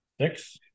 six